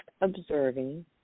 observing